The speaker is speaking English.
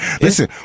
Listen